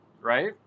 right